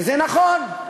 וזה נכון,